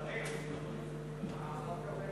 אני שמחתי לשמוע את